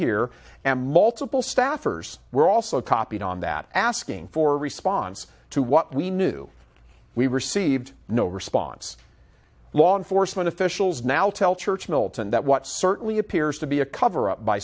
here and multiple staffers were also copied on that asking for response to what we knew we received no response law enforcement officials now tell church milton that what certainly appears to be a cover up by